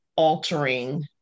altering